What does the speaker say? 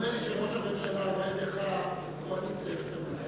נדמה לי שראש הממשלה רואה בך קואליציה יותר ממני.